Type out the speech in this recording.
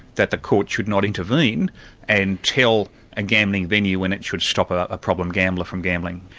that the court should not intervene and tell a gambling venue when it should stop ah a problem gambler from gambling.